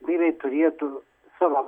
vyrai turėtų savo